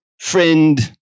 friend